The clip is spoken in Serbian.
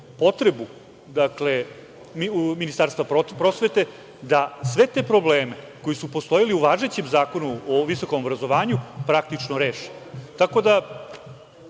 potrebu Ministarstva prosvete da sve te probleme koji su postojali u važećem Zakonu o visokom obrazovanju praktično reše. Sam